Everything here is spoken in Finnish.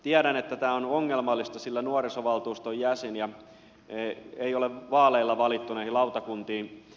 tiedän että tämä on ongelmallista sillä nuorisovaltuuston jäseniä ei ole vaaleilla valittu näihin lautakuntiin